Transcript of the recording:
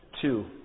Two